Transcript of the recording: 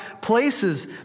places